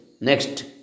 Next